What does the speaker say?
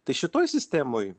tai šitoj sistemoj